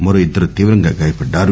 మరో ఇద్దరు తీవ్రంగా గాయపడ్లారు